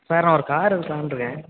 sir நான் ஒரு car எடுக்கலாம்ருக்கேன்